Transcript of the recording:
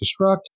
destruct